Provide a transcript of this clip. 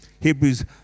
Hebrews